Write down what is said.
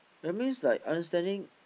that means like understanding